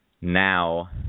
now